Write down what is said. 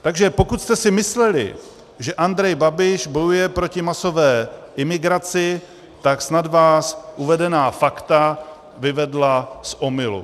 Takže pokud jste si mysleli, že Andrej Babiš bojuje proti masové imigraci, tak snad vás uvedená fakta vyvedla z omylu.